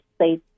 safe